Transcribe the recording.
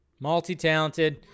multi-talented